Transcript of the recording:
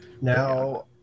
Now